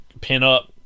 pin-up